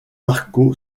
marco